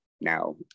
now